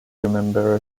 remember